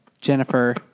Jennifer